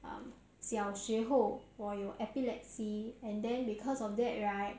小时候我有 epilepsy and then because of that right